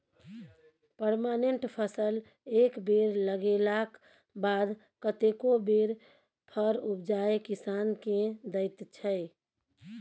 permanent फसल एक बेर लगेलाक बाद कतेको बेर फर उपजाए किसान केँ दैत छै